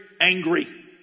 angry